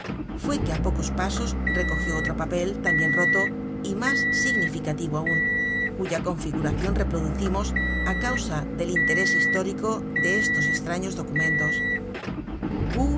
fue que á pocos pasos recogió otro papel tambien roto y mas significativo aun cuya configuracion reproducimos á causa del interés histórico de estos estraños documentos